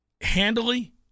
handily